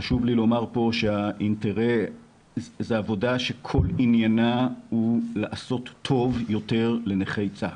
חשוב לי לומר פה שזו עבודה שכל עניינה הוא לעשות טוב יותר לנכי צה"ל.